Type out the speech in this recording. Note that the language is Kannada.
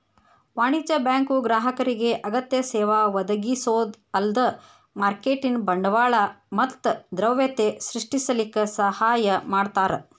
ವಾಣಿಜ್ಯ ಬ್ಯಾಂಕು ಗ್ರಾಹಕರಿಗೆ ಅಗತ್ಯ ಸೇವಾ ಒದಗಿಸೊದ ಅಲ್ದ ಮಾರ್ಕೆಟಿನ್ ಬಂಡವಾಳ ಮತ್ತ ದ್ರವ್ಯತೆ ಸೃಷ್ಟಿಸಲಿಕ್ಕೆ ಸಹಾಯ ಮಾಡ್ತಾರ